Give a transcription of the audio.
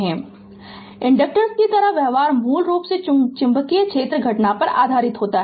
Refer Slide Time 0847 inductors कि तरह व्यवहार मूल रूप से चुंबकीय क्षेत्र घटना पर आधारित होता है